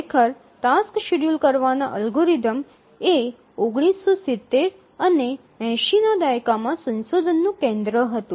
ખરેખર tasks schedule કરવાના algorithm એ ૧૯૭૦ અને ૮૦ ના દાયકામાં સંશોધનનું કેન્દ્ર હતું